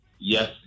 yes